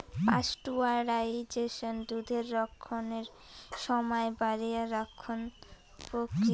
pasteurisation দুধের রক্ষণের সমায় বাড়েয়া রাখং প্রক্রিয়া